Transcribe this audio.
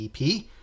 ep